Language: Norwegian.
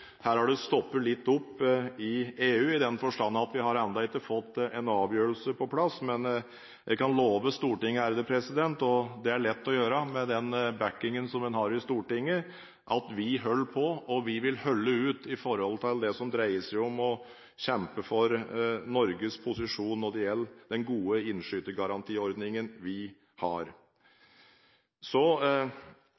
Her har det stoppet litt opp i EU, i den forstand at vi ennå ikke har fått på plass en avgjørelse, men jeg kan love Stortinget – og det er det lett å gjøre, med den backingen en har i Stortinget – at vi holder på, og at vi vil holde ut når det gjelder å kjempe for Norges posisjon i forhold til den gode innskytergarantiordningen vi har.